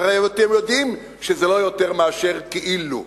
הרי אתם יודעים שזה לא יותר מאשר כאילו.